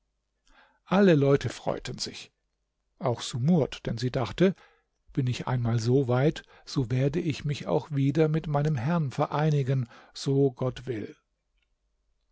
alle leute freuten sich auch sumurd denn sie dachte bin ich einmal so weit so werde ich mich auch wieder mit meinem herrn vereinigen so gott will